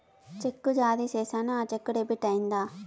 చెక్కు జారీ సేసాను, ఆ చెక్కు డెబిట్ అయిందా